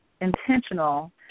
intentional